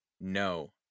No